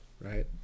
right